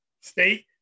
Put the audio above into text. state